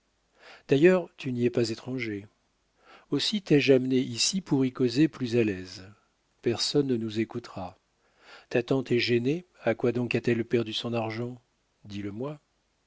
d'ailleurs tu n'y es pas étranger aussi t'ai-je amené ici pour y causer plus à l'aise personne ne nous écoutera ta tante est gênée à quoi donc a-t-elle perdu son argent dis-le-moi